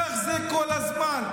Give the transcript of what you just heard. כך זה כל הזמן,